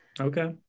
Okay